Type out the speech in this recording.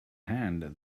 hand